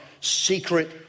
secret